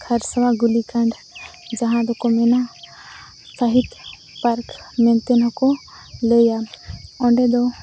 ᱠᱷᱟᱨᱥᱚᱣᱟ ᱜᱩᱞᱤᱠᱷᱟᱱᱰ ᱡᱟᱦᱟᱸ ᱫᱚᱠᱚ ᱢᱮᱱᱟ ᱥᱟᱹᱦᱤᱫᱽ ᱯᱟᱨᱠ ᱢᱮᱱᱛᱮᱦᱚᱸᱠᱚ ᱞᱟᱹᱭᱟ ᱚᱸᱰᱮᱫᱚ